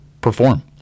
perform